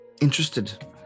interested